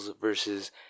versus